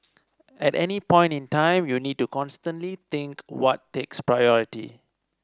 at any point in time you need to constantly think what takes priority